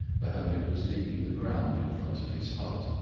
the hermit was digging the ground in front of his hut.